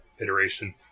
iteration